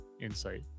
insight